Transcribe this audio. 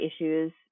issues